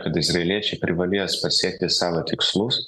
kad izraeliečiai privalės pasiekti savo tikslus